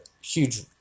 huge